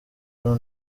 brown